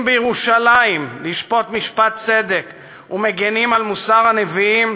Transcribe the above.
שופטים יושבים בירושלים לשפוט משפט צדק ומגינים על מוסר הנביאים,